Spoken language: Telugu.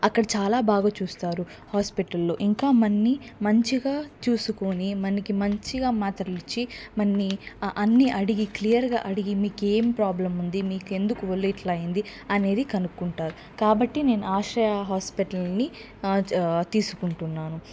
అక్కడ చాలా బాగా చూస్తారు హాస్పిటల్ లో ఇంకా మన్ని మంచిగా చూసుకొని మనకు మంచిగా మాత్రలు ఇచ్చి మన్ని అన్ని అడిగి క్లియర్ గా అడిగి మీకు ఏం ప్రాబ్లం ఉంది మీకెందుకు ఒళ్ళు ఇట్లా అయింది అనేది కనుక్కుంటారు కాబట్టి నేను ఆశ్రయ హాస్పిటల్ ని ఆ జ తీసుకుంటున్నాను